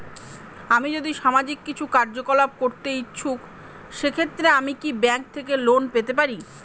আমি যদি সামাজিক কিছু কার্যকলাপ করতে ইচ্ছুক সেক্ষেত্রে আমি কি ব্যাংক থেকে লোন পেতে পারি?